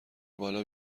بالا